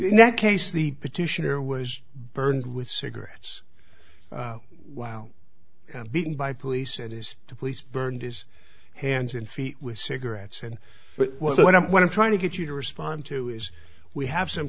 crap that case the petitioner was burned with cigarettes wow beaten by police it is the police burned his hands and feet with cigarettes and but what i what i'm trying to get you to respond to is we have some